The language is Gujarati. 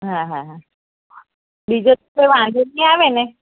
હા હા હા બીજો તો કોઈ વાંધો નહીં આવેને